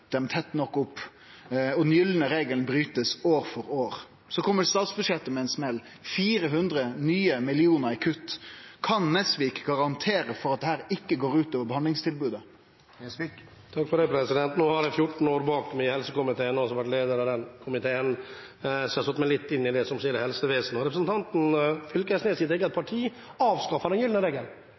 dei tett nok opp, og den gylne regelen blir broten år etter år. Så kjem statsbudsjettet med ein smell – 400 nye millionar kroner i kutt. Kan Nesvik garantere for at dette ikkje går ut over behandlingstilbodet? Nå har jeg 14 år bak meg i helsekomiteen og har også vært leder av den komiteen, så jeg har satt meg litt inn i det som skjer i helsevesenet. Representanten Fylkesnes’ eget parti avskaffet den gylne regelen